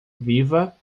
viva